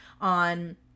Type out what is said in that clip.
on